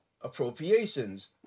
appropriations